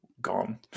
gone